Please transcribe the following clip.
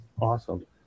Awesome